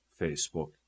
Facebook